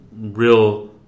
real